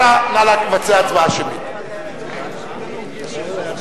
(קוראת בשמות חברי